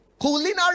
culinary